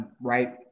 right